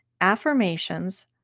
Affirmations